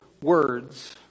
words